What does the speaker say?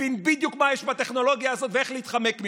מבין בדיוק מה יש בטכנולוגיה הזאת ואיך להתחמק ממנה.